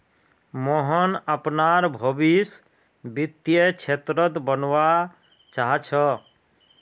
मोहन अपनार भवीस वित्तीय क्षेत्रत बनवा चाह छ